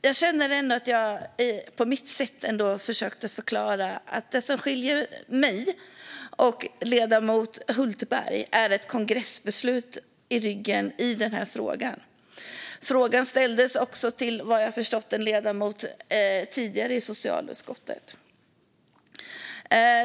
Fru talman! Jag känner att jag på mitt sätt ändå försökte förklara att det som skiljer mig och ledamoten Hultberg är ett kongressbeslut i den här frågan. Frågan ställdes också, vad jag har förstått, tidigare till en ledamot i socialutskottet.